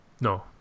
No